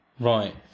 Right